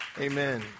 amen